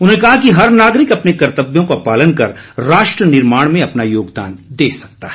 उन्होंने कहा कि हर नागरिक अपने कर्तव्यों का पालन कर राष्ट्र निर्माण में अपना योगदान दे सकता है